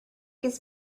his